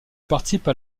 participe